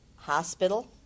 Hospital